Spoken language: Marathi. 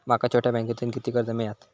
माका छोट्या बँकेतून किती कर्ज मिळात?